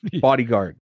Bodyguard